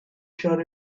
sure